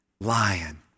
lion